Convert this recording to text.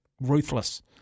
Ruthless